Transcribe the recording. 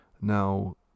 now